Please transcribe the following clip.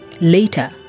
Later